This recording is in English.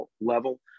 level